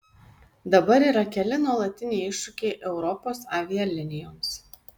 dabar yra keli nuolatiniai iššūkiai europos avialinijoms